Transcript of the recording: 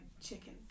chicken